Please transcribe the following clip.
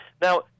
Now